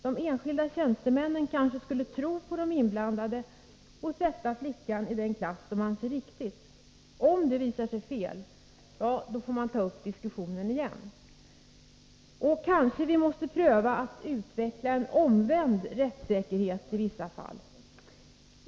De enskilda tjänstemännen kanske skulle tro på de inblandade och sätta flickan i den klass de anser vara den rätta. Om det visar sig fel — ja, då får man ta upp diskussionen igen. Kanske vi måste pröva att utveckla en omvänd rättssäkerhet i vissa fall?